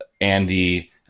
Andy